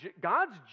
God's